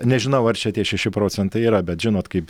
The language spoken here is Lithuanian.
na nežinau ar čia tie šeši procentai yra bet žinot kaip